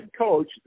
coach